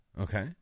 Okay